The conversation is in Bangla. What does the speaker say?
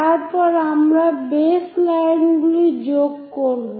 তারপর আমরা বেসলাইনগুলি যোগ করব